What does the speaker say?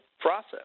process